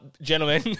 Gentlemen